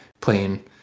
playing